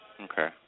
Okay